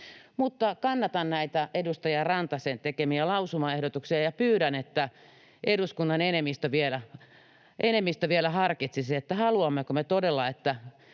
Kannatan näitä edustaja Rantasen tekemiä lausumaehdotuksia ja pyydän, että eduskunnan enemmistö vielä harkitsisi, haluammeko me todella, että